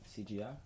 CGI